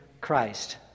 Christ